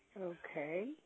Okay